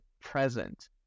present